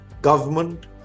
government